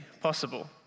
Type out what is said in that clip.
possible